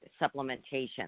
supplementation